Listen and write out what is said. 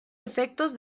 efectos